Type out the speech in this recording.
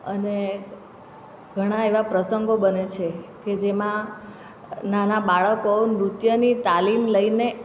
અને ઘણા એવા પ્રસંગો બને છે કે જેમાં નાના બાળકો નૃત્યની તાલીમ લઈને